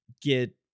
get